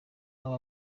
aba